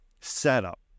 setup